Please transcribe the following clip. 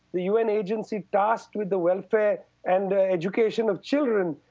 the un agency tasked with the welfare and education of children,